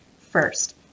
First